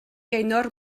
gaynor